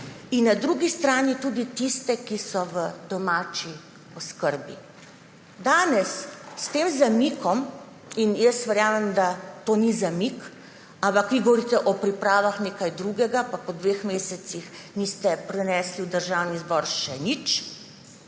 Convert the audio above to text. in na drugi strani tudi tiste, ki so v domači oskrbi. Danes s tem zamikom − in jaz verjamem, da to ni zamik, vi govorite o pripravah nekaj drugega, pa po dveh mesecih niste prinesli v Državni zbor še nič